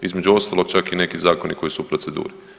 Između ostalog, čak i neki zakoni koji su u proceduri.